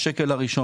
הראשון.